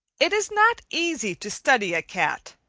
it is not easy to study a cat.